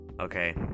Okay